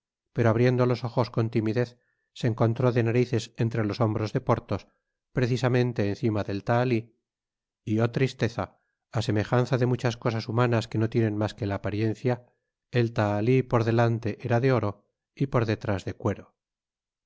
pero abriendo los ojos con timidez se encontró de narices entre los hombros de porthos precisamente encima del tahalí y oh tristeza á semejanza de muchas cosas humanas que no tienen mas que la apariencia el tahalí por delante era de oro y por detrás de cuero